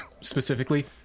specifically